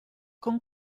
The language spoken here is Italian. con